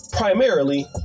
Primarily